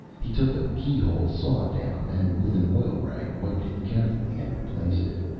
he took a key-hole saw down, and with an oil rag wiped it carefully and replaced it.